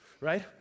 Right